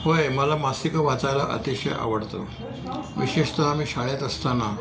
होय मला मासिकं वाचायला अतिशय आवडतं विशेषतः मी शाळेत असताना